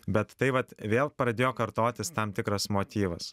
bet tai vat vėl pradėjo kartotis tam tikras motyvas